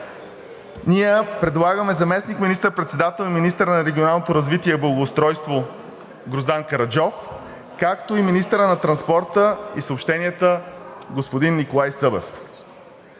ние предлагаме заместник министър-председател и министър на регионалното развитие и благоустройството господин Гроздан Караджов, както и министър на транспорта и съобщенията господин Николай Събев.